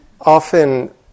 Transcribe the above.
often